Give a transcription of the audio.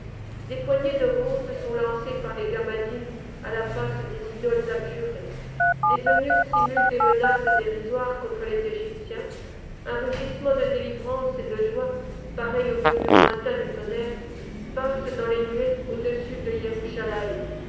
des poignées de roses sont lancées par les gamaddim à la face des idoles abjurées les eunuques simulent des menaces dérisoires contre les égyptiens un rugissement de délivrance et de joie pareil au murmure lointain du tonnerre passe dans les nuées au-dessus de